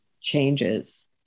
changes